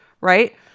right